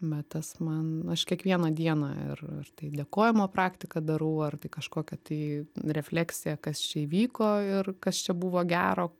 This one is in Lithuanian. bet tas man aš kiekvieną dieną ir tai dėkojimo praktiką darau ar tai kažkokią tai refleksiją kas čia įvyko ir kas čia buvo gero